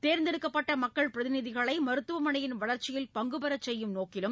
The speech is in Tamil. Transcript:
தேர்ந்தெடுக்கப்பட்ட மக்கள் பிரதிநிதிகளை மருத்துவமனையின் வளர்ச்சியில் பங்குபெற செய்யும் நோக்கிலும்